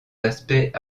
aspects